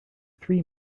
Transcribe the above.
three